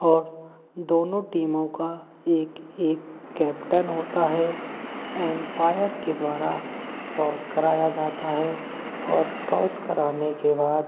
और दोनों टीमों का एक एक कैप्टन होता है एम्पायर के द्वारा टॉस कराया जाता है और टॉस कराने के बाद